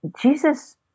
Jesus